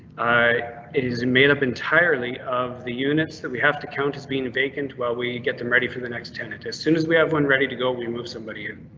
it is made up entirely of the units that we have to count as being vacant while we get them ready for the next tenant as soon as we have one ready to go, we move somebody in